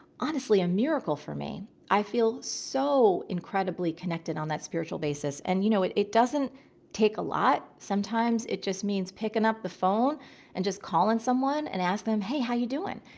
honestly, a miracle for me. i feel so incredibly connected on that spiritual basis. and you know, it it doesn't take a lot. sometimes it just means picking up the phone and just calling someone and ask them, hey, how you doing?